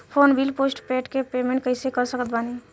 Phone bill postpaid के payment कैसे कर सकत बानी?